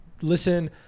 listen